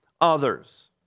others